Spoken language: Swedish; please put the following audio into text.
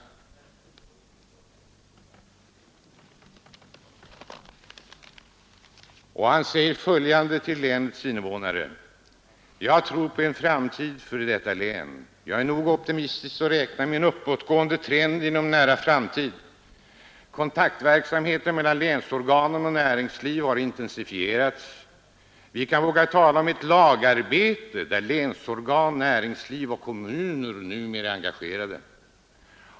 Landshövdingen säger följande till länets invånare: ”Jag tror på en framtid för detta län. Jag är nog optimistisk att räkna med en uppåtgående trend inom en nära framtid. Kontaktverksamheten mellan länsorganen och näringsliv har intensifierats. Vi kan våga tala om ett lagarbete där länsorgan, näringsliv och kommuner numera är engagerade;??